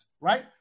right